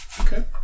Okay